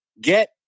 get